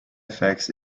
effects